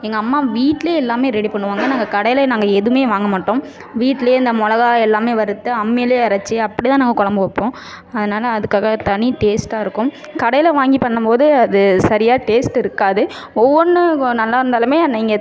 எங்கள் அம்மா வீட்டில் எல்லாமே ரெடி பண்ணுவாங்க நாங்கள் கடையில் நாங்கள் எதுவுமே வாங்க மாட்டோம் வீட்டில் இந்த மிளகா எல்லாமே வறுத்து அம்மியில் அரைச்சி அப்படிதான் நாங்கள் குழம்பு வைப்போம் அதனால் அதுக்காக தனி டேஸ்ட்டாக இருக்கும் கடையில் வாங்கி பண்ணபோது அது சரியாக டேஸ்ட் இருக்காது ஒவ்வொன்று நல்லாயிருந்தாலுமே நீங்கள்